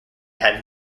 had